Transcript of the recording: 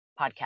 podcast